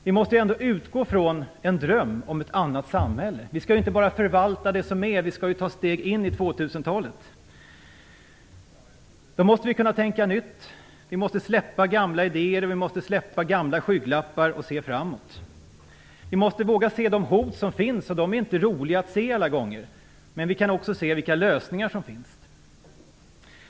Vi måste utgå från en dröm om ett annat samhälle. Vi skall ju inte bara förvalta det vi har utan även ta steget in i 2000-talet. Då måste vi kunna tänka nytt. Vi måste släppa gamla idéer och skygglappar och se framåt. Vi måste se de hot som finns. Det är inte roligt alla gånger, men vi kan också se de lösningar som finns.